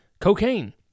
cocaine